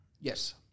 Yes